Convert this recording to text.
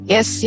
Yes